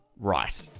right